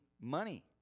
money